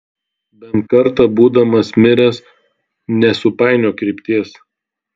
bent kartą būdamas miręs nesupainiok krypties